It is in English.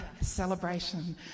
celebration